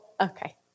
Okay